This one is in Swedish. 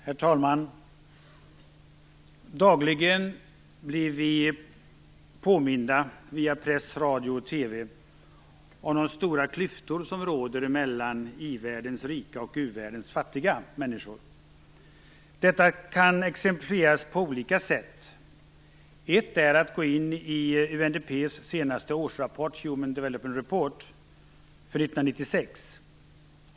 Herr talman! Dagligen blir vi påminda, via press, radio och TV, om de stora klyftor som råder mellan ivärldens rika och u-världens fattiga människor. Detta kan exemplifieras på olika sätt. Ett är att gå in i Report för 1996.